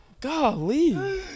Golly